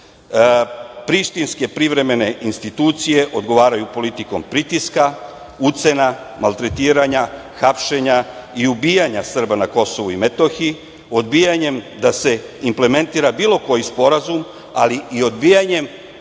prištinske privremene institucije odgovaraju politikom pritiska, ucena, maltretiranja, hapšenja i ubijanja Srba na Kosovu i Metohiji, odbijanjem da se implementira bilo koji sporazum, ali i odbijanjem